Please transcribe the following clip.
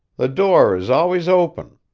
the door is always open.